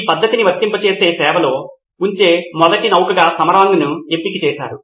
ఈ పద్ధతిని వర్తింపజేసి సేవలో ఉంచే మొదటి నౌకగా సమరాంగ్ను ఎంపిక చేశారు